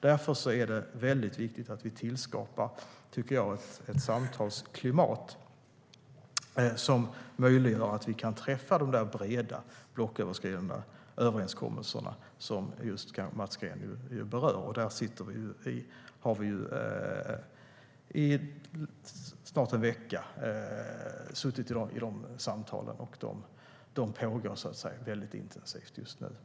Därför är det mycket viktigt att vi tillskapar ett samtalsklimat som möjliggör att vi kan träffa de breda blocköverskridande överenskommelser som Mats Green berör. Nu har vi i snart en vecka suttit i sådana samtal, och de pågår mycket intensivt just nu.